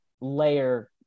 layer